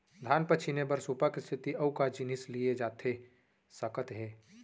धान पछिने बर सुपा के सेती अऊ का जिनिस लिए जाथे सकत हे?